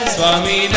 Swami